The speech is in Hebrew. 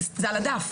זה על הדף.